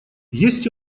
есть